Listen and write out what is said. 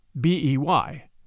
B-E-Y